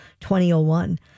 2001